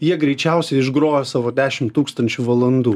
jie greičiausiai išgrojo savo dešim tūkstančių valandų